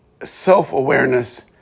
self-awareness